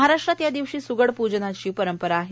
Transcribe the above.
महाराष्ट्रात या दिवशी सुगड प्जनाची परंपरा आहे